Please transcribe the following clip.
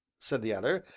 said the other,